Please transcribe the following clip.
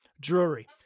Drury